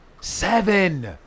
seven